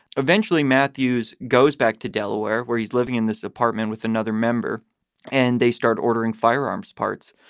eventually, matthews goes back to delaware, where he's living in this apartment with another member and they start ordering firearms parts.